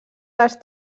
les